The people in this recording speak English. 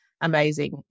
amazing